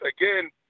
again